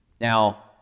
Now